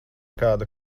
kāda